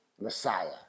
Messiah